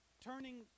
turning